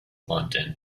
london